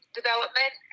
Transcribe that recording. development